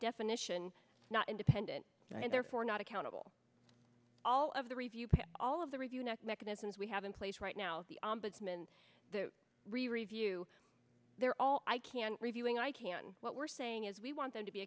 definition not independent and therefore not accountable all of the review all of the review not mechanisms we have in place right now the ombudsman really review they're all i can reviewing i can what we're saying is we want them to be